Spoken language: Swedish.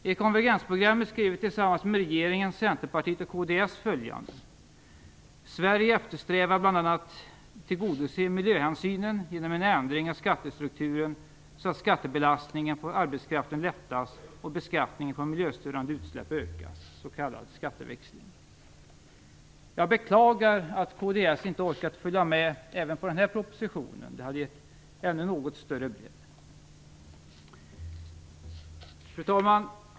I konvergensprogrammet skriver vi tillsammans med regeringen, Centerpartiet och kds följande: Sverige eftersträvar bl.a. att tillgodose miljöhänsynen genom en ändring av skattestrukturen så att skattebelastningen på arbetskraften lättas och beskattningen på miljöstörande utsläpp ökas, s.k. skatteväxling. Jag beklagar att kds inte orkat följa med även när det gäller den här propositionen. Det hade gett den en ännu något större bredd. Fru talman!